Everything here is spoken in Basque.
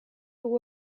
dugu